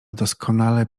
doskonale